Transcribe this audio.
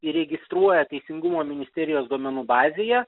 įregistruoja teisingumo ministerijos duomenų bazėje